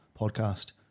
podcast